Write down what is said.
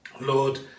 Lord